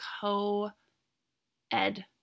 co-ed